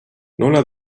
nulla